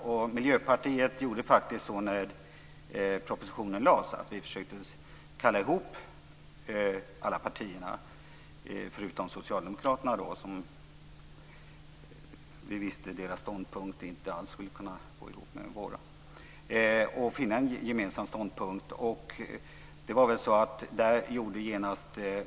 När propositionen lades fram försökte faktiskt vi i Miljöpartiet kalla ihop alla partierna - utom Socialdemokraterna eftersom vi visste att deras ståndpunkt inte alls skulle kunna gå ihop med våra ståndpunkter. Det gällde alltså att finna en gemensam ståndpunkt.